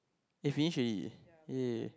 it's me actually yeah